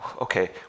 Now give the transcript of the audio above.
okay